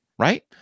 Right